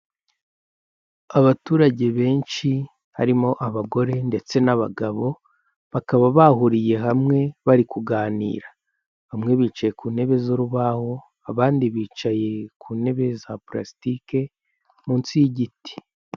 Abaturage benshi harimo abagore ndetse n'abagabo, bakaba bahuriye hamwe bari kuganira, bamwe bicaye ku ntebe z'urubaho, abandi bicaye ku ntebe za purasitike munsi y'igiti.